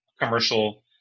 commercial